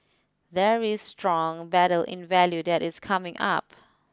there is strong battle in value that is coming up